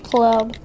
Club